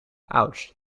ouch